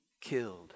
killed